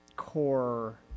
core